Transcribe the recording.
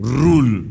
rule